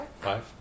Five